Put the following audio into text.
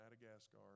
Madagascar